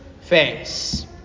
face